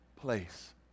place